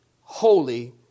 holy